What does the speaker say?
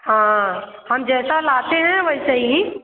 हाँ हम जैसा लाते हैं वैसा ही